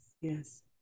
Yes